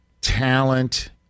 talent –